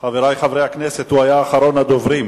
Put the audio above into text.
חברי חברי הכנסת, הוא היה אחרון הדוברים.